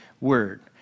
word